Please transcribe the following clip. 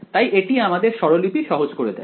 তাই এটি আমাদের স্বরলিপি সহজ করে দেয়